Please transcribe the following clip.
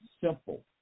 simple